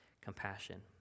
compassion